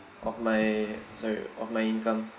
of my salary of my income